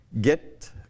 get